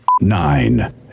Nine